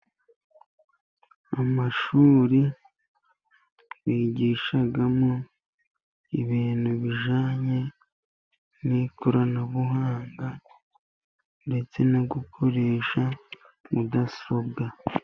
Amashuri bigishamo ibintu bijyanye n'ikoranabuhanga ndetse no gukoresha mudasobwa.